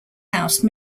house